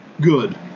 Good